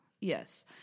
Yes